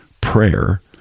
prayer